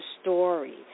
story